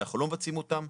ואנחנו לא מבצעים אותם,